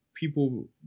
people